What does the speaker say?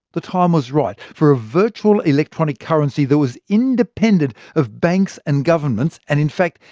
the time was right for a virtual electronic currency that was independent of banks and governments, and in fact,